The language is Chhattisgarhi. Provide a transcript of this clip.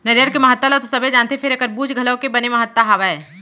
नरियर के महत्ता ल तो सबे जानथें फेर एकर बूच घलौ के बने महत्ता हावय